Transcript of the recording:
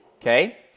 okay